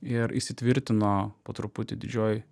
ir įsitvirtino po truputį didžiojoj